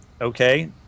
Okay